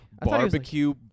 barbecue